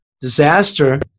disaster